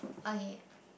okay